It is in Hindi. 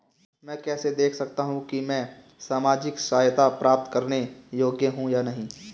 मैं कैसे देख सकता हूं कि मैं सामाजिक सहायता प्राप्त करने योग्य हूं या नहीं?